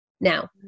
now